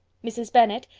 mrs. bennet,